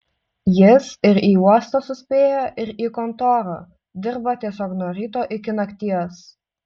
jis ir į uostą suspėja ir į kontorą dirba tiesiog nuo ryto iki nakties